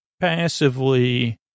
passively